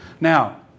Now